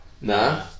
Nah